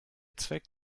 zweck